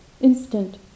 instant